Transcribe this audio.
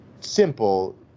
simple